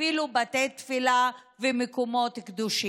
אפילו בתי תפילה ומקומות קדושים.